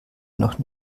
noch